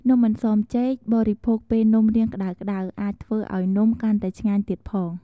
នំអន្សមចេកបរិភោគពេលនំរៀងក្ដៅៗអាចធ្វើឱ្យនំកាន់តែឆ្ងាញ់ទៀតផង។